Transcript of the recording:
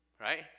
Right